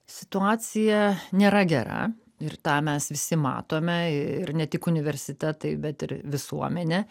situacija nėra gera ir tą mes visi matome ir ne tik universitetai bet ir visuomenė